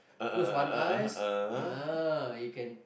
close one eyes ah you can